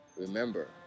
Remember